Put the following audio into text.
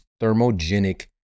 thermogenic